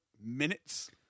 minutes